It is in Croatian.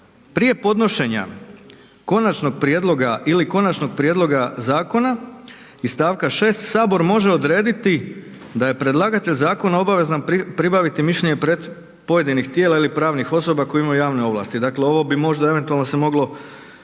„Prije podnošenja konačnog prijedloga ili konačnog prijedloga zakona iz stavka 6. sabor može odrediti da je predlagatelj zakona obavezan pribaviti mišljenje pojedinih tijela ili pravnih osoba koje imaju javne ovlasti.“. Dakle ovo bi možda eventualno se vidjeti